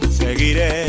seguiré